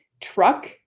truck